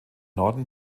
norden